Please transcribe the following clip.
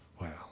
Well